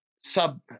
sub